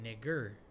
nigger